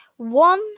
One